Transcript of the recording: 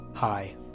Hi